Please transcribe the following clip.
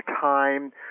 time